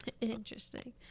Interesting